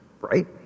Right